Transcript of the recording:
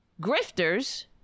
grifters